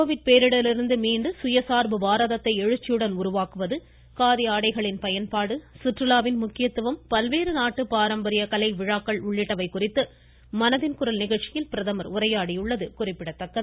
Covid பேரிடரிலிருந்து மீண்டு உருவாக்குவது காதி ஆடைகளின் பயன்பாடு சுற்றுலாவின் முக்கியத்துவம் பல்வேறு நாட்டு பாரம்பரிய கலை விழாக்கள் உள்ளிட்டவை குறித்து மனதின் குரல் நிகழ்ச்சியில் உரையாடி உள்ளது குறிப்பிடத்தக்கது